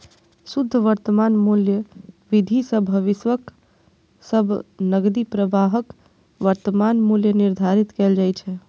शुद्ध वर्तमान मूल्य विधि सं भविष्यक सब नकदी प्रवाहक वर्तमान मूल्य निर्धारित कैल जाइ छै